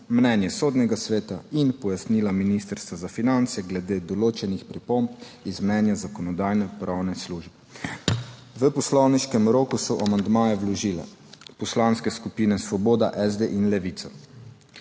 mnenje Sodnega sveta in pojasnila Ministrstva za finance glede določenih pripomb iz mnenja Zakonodajno-pravne službe. V poslovniškem roku so amandmaje vložile poslanske skupine Svoboda, SD in Levica.